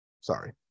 Sorry